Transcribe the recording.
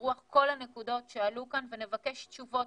ברוח כל הנקודות שעלו כאן ונבקש תשובות